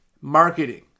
marketing